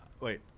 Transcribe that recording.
Wait